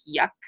yuck